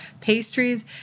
pastries